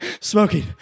smoking